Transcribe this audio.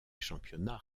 championnats